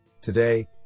Today